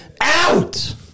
out